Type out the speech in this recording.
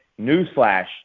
newsflash